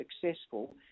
successful